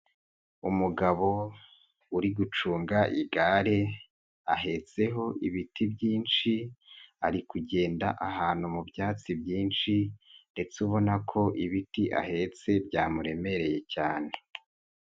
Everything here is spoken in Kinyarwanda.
Umugabo uri gucunga igare ahetseho ibiti byinshi ari kugenda ahantu mu byatsi byinshi ndetse ubona ko ibiti ahetse byamuremereye cyane.